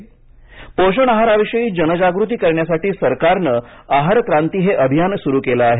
आहार क्राती पोषण आहाराविषयी जनजागृती करण्यासाठी सरकारनं आहार क्रांती हे अभियान सुरू केलं आहे